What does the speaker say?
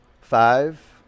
Five